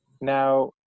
Now